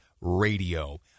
Radio